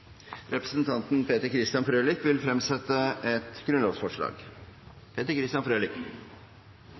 Representanten Peter Christian Frølich vil fremsette et grunnlovsforslag.